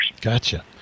Gotcha